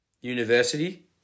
university